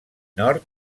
nord